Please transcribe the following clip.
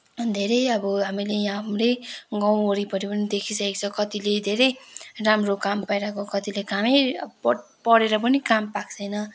धेरै अब हामीले यहाँ हाम्रै गाउँ वरिपरि पनि देखिसकेका छौँ कतिले धेरै राम्रो काम पाइरहेको कतिले कामै पढेर पनि काम पाएको छैन